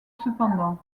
cependant